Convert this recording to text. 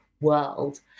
world